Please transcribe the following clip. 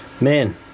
Man